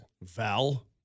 Val